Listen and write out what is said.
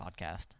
podcast